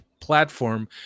platform